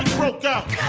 cranked up